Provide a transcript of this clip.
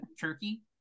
turkey